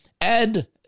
Ed